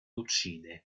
uccide